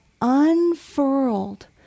unfurled